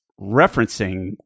referencing